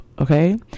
okay